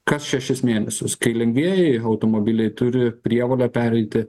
kas šešis mėnesius kai lengvieji automobiliai turi prievolę pereiti